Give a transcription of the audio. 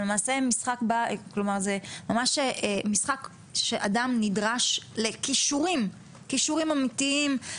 זה למעשה ממש משחק שאדם נדרש לכישורים אמיתיים,